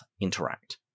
interact